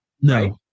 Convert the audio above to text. No